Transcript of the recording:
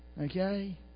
Okay